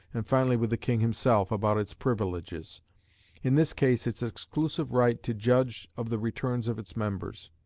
and finally with the king himself, about its privileges in this case its exclusive right to judge of the returns of its members.